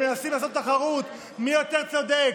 מנסים לעשות תחרות מי יותר צודק,